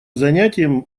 занятием